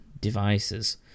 devices